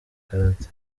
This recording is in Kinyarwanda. karate